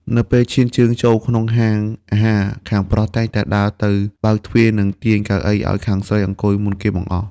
នៅពេលឈានជើងចូលក្នុងហាងអាហារ ខាងប្រុស តែងតែដើរទៅបើកទ្វារ និងទាញកៅអីឱ្យខាងស្រីអង្គុយមុនគេបង្អស់។